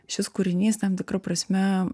šis kūrinys tam tikra prasme